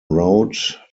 road